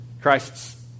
Christ's